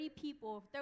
people